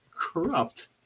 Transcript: corrupt